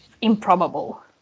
improbable